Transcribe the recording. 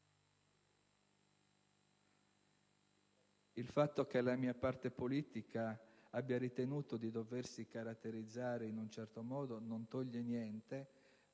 Il fatto che la mia parte politica abbia ritenuto di doversi caratterizzare in un certo modo non toglie niente